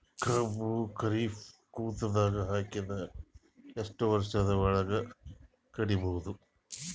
ಕಬ್ಬು ಖರೀಫ್ ಋತುದಾಗ ಹಾಕಿದರ ಎಷ್ಟ ವರ್ಷದ ಒಳಗ ಕಡಿಬಹುದು?